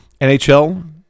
NHL